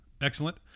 Excellent